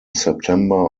september